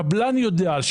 הקבלן יודע,